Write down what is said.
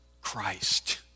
Christ